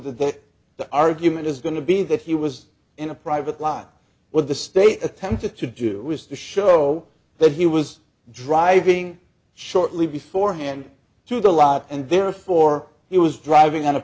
that the argument is going to be that he was in a private line with the state attempted to do was to show that he was driving shortly before hand to the law and therefore he was driving on a